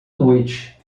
noite